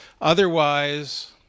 Otherwise